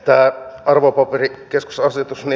tämä arvopaperikeskusasetus